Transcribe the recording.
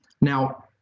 Now